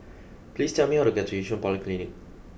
please tell me how to get to Yishun Polyclinic